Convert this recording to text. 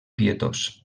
pietós